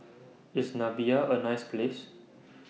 IS Namibia A nice Place